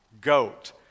GOAT